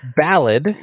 Ballad